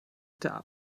der